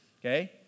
Okay